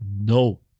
no